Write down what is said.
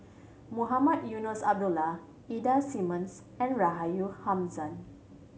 Mohamed Eunos Abdullah Ida Simmons and Rahayu Hamzam